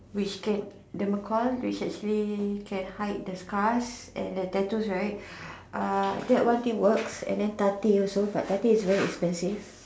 which can the which actually can hide the scars and the tattoos right uh that one thing works and tati also but tati is very expensive